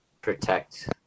protect